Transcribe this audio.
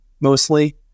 mostly